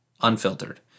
unfiltered